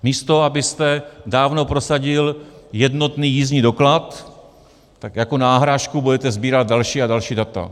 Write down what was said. Místo abyste dávno prosadil jednotný jízdní doklad, tak jako náhražku budete sbírat další a další data.